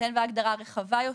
בהינתן וההגדרה רחבה יותר,